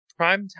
primetime